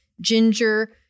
ginger